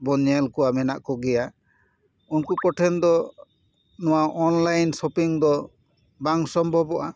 ᱵᱚᱱ ᱧᱮᱞ ᱠᱚᱣᱟ ᱢᱮᱱᱟᱜ ᱠᱚᱜᱮᱭᱟ ᱩᱱᱠᱩ ᱠᱚᱴᱷᱮᱱ ᱫᱚ ᱱᱚᱣᱟ ᱚᱱᱞᱟᱭᱤᱱ ᱥᱚᱯᱤᱝ ᱫᱚ ᱵᱟᱝ ᱥᱚᱢᱵᱷᱚᱵᱚᱜᱼᱟ